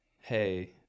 hey